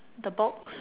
the box